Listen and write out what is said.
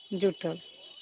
झूठो